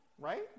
right